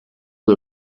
der